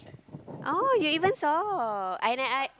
oh you even saw I and I